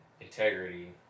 integrity